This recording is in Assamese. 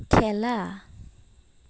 খেলা